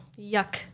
yuck